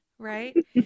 right